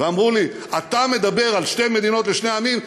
ואמרו לי: אתה מדבר על שתי מדינות לשני העמים.